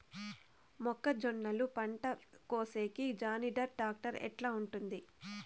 మొక్కజొన్నలు పంట కోసేకి జాన్డీర్ టాక్టర్ ఎట్లా ఉంటుంది?